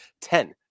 ten